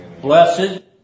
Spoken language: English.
Blessed